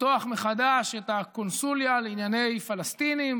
לפתוח מחדש את הקונסוליה לענייני פלסטינים,